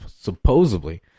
supposedly